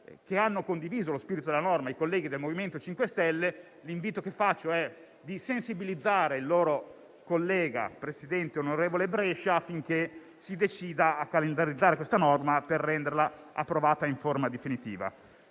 che hanno condiviso lo spirito della norma, i colleghi del MoVimento 5 Stelle, è di sensibilizzare il loro collega, presidente Brescia, affinché si decida a calendarizzare questa norma per approvarla in forma definitiva.